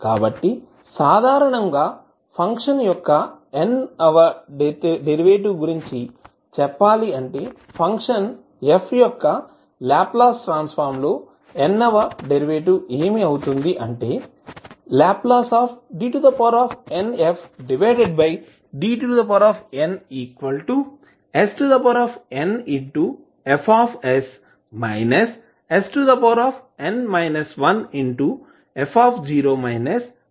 కాబట్టిసాధారణంగా function యొక్క n వ derivative గురించి చెప్పాలి అంటే ఫంక్షన్ f యొక్క లాప్లాస్ ట్రాన్స్ ఫార్మ్ లో n వ డెరివేటివ్ ఏమి అవుతుంది అంటే Ldnfdtn snFs sn 1f sn 2f0